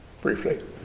briefly